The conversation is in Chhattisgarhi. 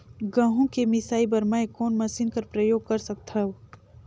गहूं के मिसाई बर मै कोन मशीन कर प्रयोग कर सकधव?